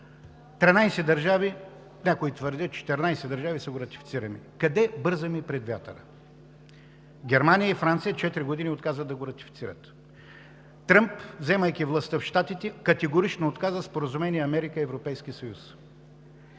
държави, някои твърдят, че 14 държави са го ратифицирали. Къде бързаме пред вятъра? Германия и Франция четири години отказват да го ратифицират. Тръмп, вземайки властта в Щатите, категорично отказа споразумение Америка – Европейски съюз.